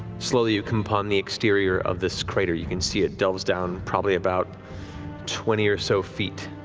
slowly you come upon the exterior of this crater, you can see it delves down probably about twenty or so feet.